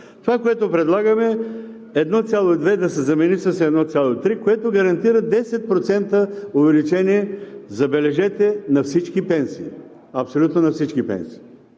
Това, което предлагаме, е 1,2 да се замени с 1,3, което гарантира 10% увеличение, забележете, на всички пенсии, абсолютно на всички пенсии.